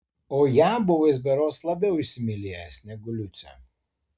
o ją buvo jis berods labiau įsimylėjęs negu liucę